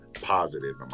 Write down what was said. positive